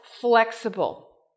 flexible